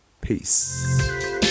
Peace